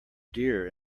dear